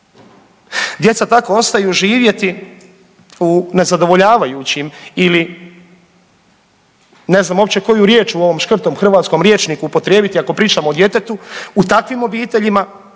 Djeca tako ostaju živjeti u nezadovoljavajućim ili, ne znam uopće koju riječ u ovom škrtom hrvatskom rječniku upotrijebiti, ako pričamo o djetetu, u takvim obiteljima,